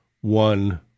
one